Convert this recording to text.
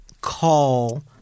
call